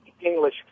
English